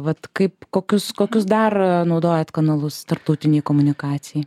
vat kaip kokius kokius dar naudojat kanalus tarptautinei komunikacijai